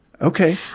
Okay